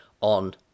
on